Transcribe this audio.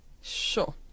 sure